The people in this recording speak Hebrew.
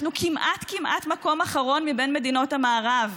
אנחנו כמעט כמעט מקום אחרון מבין מדינות המערב.